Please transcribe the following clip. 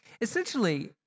Essentially